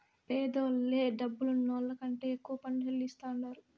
పేదోల్లే డబ్బులున్నోళ్ల కంటే ఎక్కువ పన్ను చెల్లిస్తాండారు